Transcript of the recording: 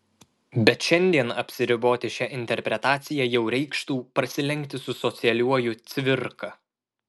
bet šiandien apsiriboti šia interpretacija jau reikštų prasilenkti su socialiuoju cvirka